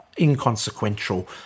inconsequential